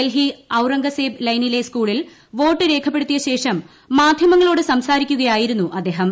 ഡെൽഹി ഔറംഗ്സ്ബ് ലൈനിലെ സ്കൂളിൽ വോട്ട് രേഖപ്പെടുത്തിയശേഷം മാധ്യമങ്ങളോട് സംസാരിക്കുകയായിരുന്നു അദ്ദേഹം